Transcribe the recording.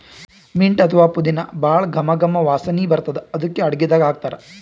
mint ಅಥವಾ ಪುದಿನಾ ಭಾಳ್ ಘಮ್ ಘಮ್ ವಾಸನಿ ಬರ್ತದ್ ಅದಕ್ಕೆ ಅಡಗಿದಾಗ್ ಹಾಕ್ತಾರ್